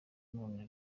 none